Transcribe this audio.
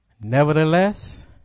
Nevertheless